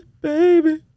baby